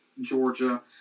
Georgia